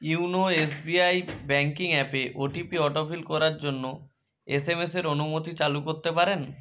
YONO S B I banking অ্যাপে O T P autofill করার জন্য এস এম এস এর অনুমতি চালু করতে পারেন